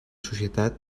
societat